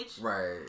Right